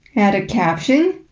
add a caption,